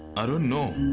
i don't know!